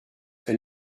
elle